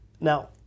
Now